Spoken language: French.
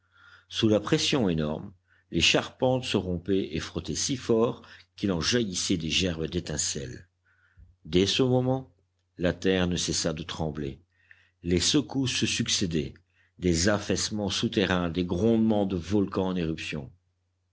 sous la pression énorme les charpentes se rompaient et frottaient si fort qu'il en jaillissait des gerbes d'étincelles dès ce moment la terre ne cessa de trembler les secousses se succédaient des affaissements souterrains des grondements de volcan en éruption